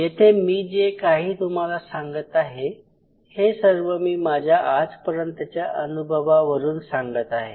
येथे मी जे काही तुम्हाला सांगत आहे हे सर्व मी माझ्या आजपर्यंतच्या अनुभवावरून सांगत आहे